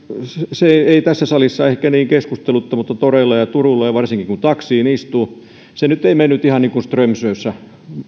se ei tässä salissa ehkä niin keskusteluttanut mutta kylläkin toreilla ja turuilla ja varsinkin kun taksiin istuu se nyt ei mennyt ihan niin kuin strömsössä